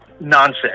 nonsense